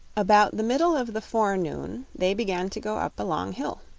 about the middle of the forenoon they began to go up a long hill.